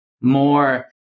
more